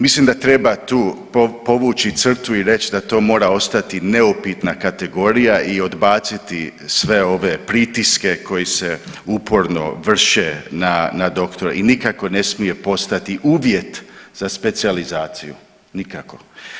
Mislim da treba tu povući crtu i reći da to mora ostati neupitna kategorija i odbaciti sve ove pritiske koji se uporno vrše na doktore i nikako ne smije postati uvjet za specijalizaciju, nikako.